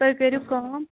تُہۍ کٔرِو کٲم